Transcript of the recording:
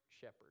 shepherd